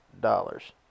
dollars